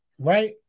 right